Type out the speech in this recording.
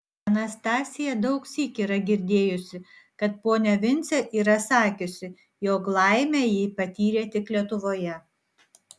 anastazija daugsyk yra girdėjusi kad ponia vincė yra sakiusi jog laimę ji patyrė tik lietuvoje